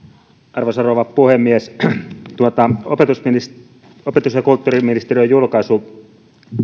arvoisa rouva puhemies opetus ja kulttuuriministeriön julkaisussa